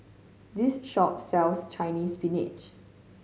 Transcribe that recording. this shop sells Chinese Spinach